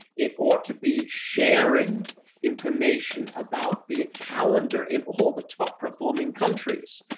it ought to be sharing information about the calendar in all the top performing countries.